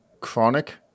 chronic